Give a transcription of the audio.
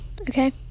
okay